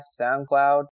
SoundCloud